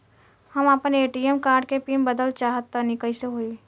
हम आपन ATM card के पीन बदलल चाहऽ तनि कइसे होई?